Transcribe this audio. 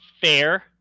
fair